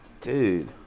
Dude